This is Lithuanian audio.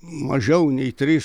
mažiau nei trys